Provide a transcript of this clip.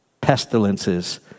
pestilences